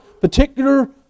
particular